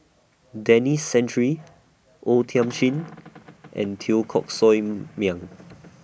Denis Santry O Thiam Chin and Teo Koh Sock Miang